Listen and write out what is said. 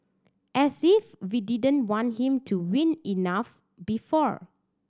as if we didn't want him to win enough before